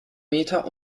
meter